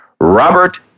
Robert